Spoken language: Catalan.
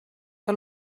que